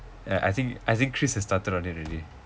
ya I think as in chris has started on it already